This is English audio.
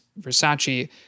Versace